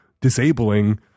disabling